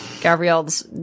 Gabrielle's